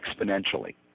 exponentially